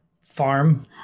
farm